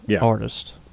artist